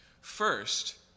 First